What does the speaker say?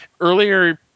earlier